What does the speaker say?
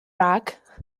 rack